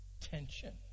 tension